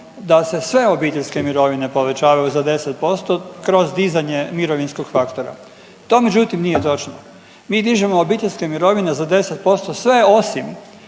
da se sve obiteljske mirovine povećavaju za 10% kroz dizanje mirovinskog faktora, to međutim nije točno. Mi dižemo obiteljske mirovine za 10% sve osim